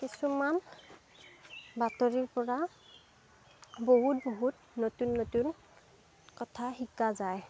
কিছুমান বাতৰিৰ পৰা বহুত বহুত নতুন নতুন কথা শিকা যায়